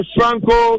Franco